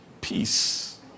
Peace